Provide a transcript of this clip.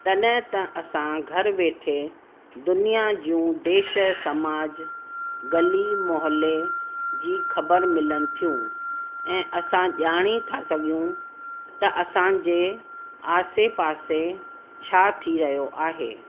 तॾहिं त असां घरु वेठे दुनियां जूंदेश समाज गली मौहले जी ख़बर मिलनि थियूं ऐं असां ॼाणी था सघूं त असांजे आसे पासे छा थी रहियो आहे